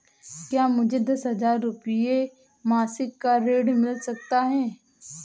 क्या मुझे दस हजार रुपये मासिक का ऋण मिल सकता है?